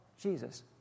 Jesus